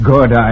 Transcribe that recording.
Good